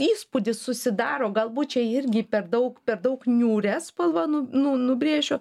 įspūdis susidaro galbūt čia irgi per daug per daug niūria spalva nu nu nubrėžiu